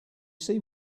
see